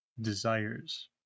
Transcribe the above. desires